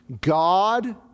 God